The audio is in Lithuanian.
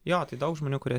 jo tai daug žmonių kurie